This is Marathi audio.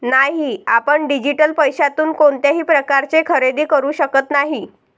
नाही, आपण डिजिटल पैशातून कोणत्याही प्रकारचे खरेदी करू शकत नाही